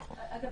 אגב,